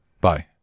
Bye